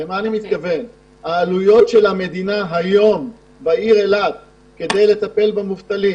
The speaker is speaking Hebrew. העלויות היום לצורך טיפול במובטלים